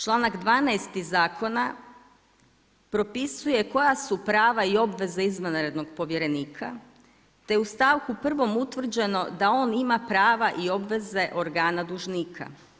Članak 12. zakona propisuje koja su prava i obveze izvanrednog povjerenika te u stavku 1. utvrđeno da on ima prava i obveze organa dužnika.